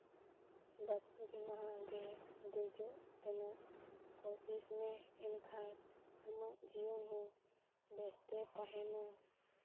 ᱵᱟᱨᱥᱤᱧ ᱯᱮ ᱢᱟᱦᱟ ᱜᱮ ᱫᱮᱡᱚᱜ ᱨᱮᱱᱟᱜ ᱠᱳᱥᱤᱥ ᱢᱮ ᱮᱱᱠᱷᱟᱡ ᱟᱢᱟᱜ ᱡᱤᱭᱚᱱ ᱦᱚᱸ ᱵᱮᱥᱛᱮ ᱛᱟᱦᱮᱱᱟ